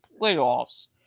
playoffs